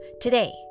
today